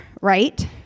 right